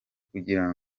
kugira